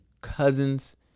cousins